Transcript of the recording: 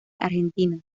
argentina